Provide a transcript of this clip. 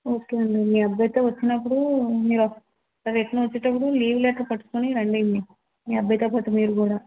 okay అండి మీ అబ్బాయితో వచ్చినప్పుడు మీరు ఒక రిటర్న్ వచ్చినప్పుడు లీవ్ లెటర్ పట్టుకుని రండి మీ అబ్బాయితో పాటు మీరు కూడా